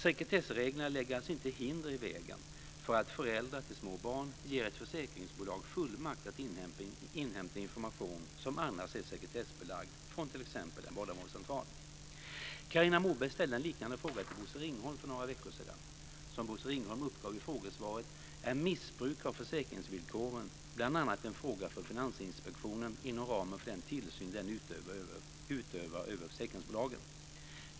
Sekretessreglerna lägger alltså inte hinder i vägen för att föräldrar till små barn ger ett försäkringsbolag fullmakt att inhämta information som annars är sekretessbelagd från t.ex. en barnavårdscentral. Carina Moberg ställde en liknande fråga till Bosse Ringholm för några veckor sedan. Som Bosse Ringholm uppgav i frågesvaret är missbruk av försäkringsvillkoren bl.a. en fråga för Finansinspektionen inom ramen för den tillsyn den utövar över försäkringsbolagen.